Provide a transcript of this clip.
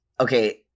okay